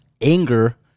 anger